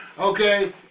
Okay